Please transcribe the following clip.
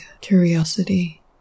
curiosity